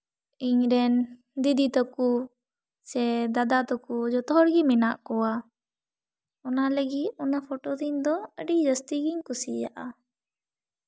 ᱤᱧ ᱨᱮᱱ ᱫᱤᱫᱤ ᱛᱟᱠᱚ ᱥᱮ ᱫᱟᱫᱟ ᱛᱟᱠᱚ ᱡᱚᱛᱚ ᱦᱚᱲ ᱜᱮ ᱢᱮᱱᱟᱜ ᱠᱚᱣᱟ ᱚᱱᱟ ᱞᱟᱹᱜᱤᱫ ᱚᱱᱟ ᱯᱷᱳᱴᱳ ᱫᱚ ᱤᱧ ᱫᱚ ᱟᱹᱰᱤ ᱡᱟᱹᱥᱛᱤ ᱜᱤᱧ ᱠᱩᱥᱤᱭᱟᱜᱼᱟ